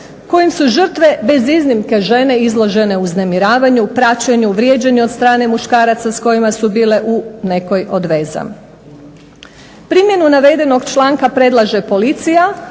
kojim su žrtve bez iznimke žene izložene uznemiravanju, praćenju, vrijeđanju od strane muškaraca s kojima su bile u nekoj od veza. Primjenu navedenog članka predlaže policija.